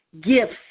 gifts